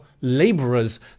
laborers